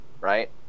right